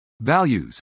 values